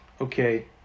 Okay